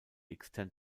extend